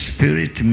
Spirit